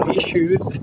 issues